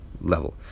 level